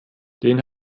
den